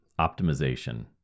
optimization